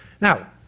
Now